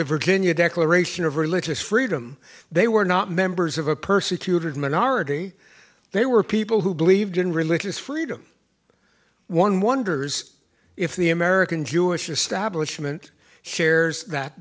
the virginia declaration of religious freedom they were not members of a persecuted minority they were people who believed in religious freedom one wonders if the american jewish establishment shares that